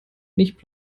nicht